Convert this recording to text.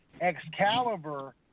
Excalibur